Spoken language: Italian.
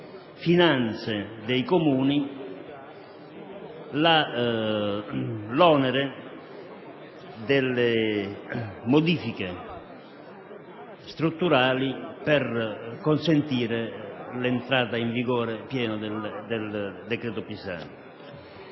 finanze dei Comuni l'onere delle modifiche strutturali per consentire l'entrata in vigore a pieno del decreto Pisanu.